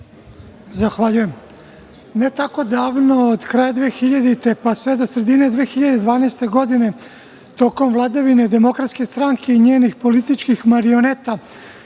Zahvaljujem. Ne